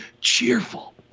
cheerful